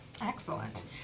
Excellent